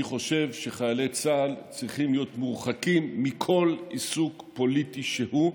אני חושב שחיילי צה"ל צריכים להיות מורחקים מכל עיסוק פוליטי שהוא.